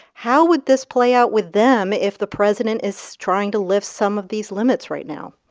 how would this play out with them if the president is trying to lift some of these limits right now?